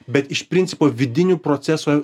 bet iš principo vidinių procesų